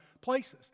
places